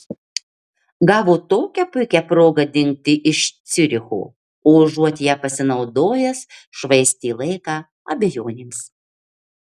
gavo tokią puikią progą dingti iš ciuricho o užuot ja pasinaudojęs švaistė laiką abejonėms